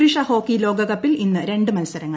പുരൂഷ hockey ലോകകപ്പിൽ ഇന്ന് രണ്ട് മത്സരങ്ങൾ